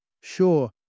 Sure